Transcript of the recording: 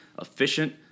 efficient